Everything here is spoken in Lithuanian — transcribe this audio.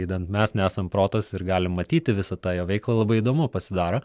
idant mes nesam protas ir galim matyti visą tą jo veiklą labai įdomu pasidaro